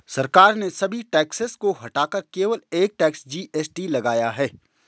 सरकार ने सभी टैक्सेस को हटाकर केवल एक टैक्स, जी.एस.टी लगाया है